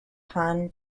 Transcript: han